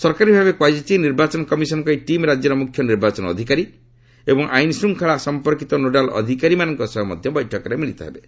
ସରକାରୀଭାବେ କୁହାଯାଇଛି ନିର୍ବାଚନ କମିଶନଙ୍କ ଏହି ଟିମ୍ ରାଜ୍ୟର ମୁଖ୍ୟ ନିର୍ବାଚନ ଅଧିକାରୀ ଏବଂ ଆଇନଶୃଙ୍ଖଳା ସଂପର୍କିତ ନୋଡାଲ୍ ଅଧିକାରୀମାନଙ୍କ ସହ ମଧ୍ୟ ବୈଠକରେ ମିଳିତ ହେବେ